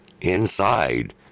inside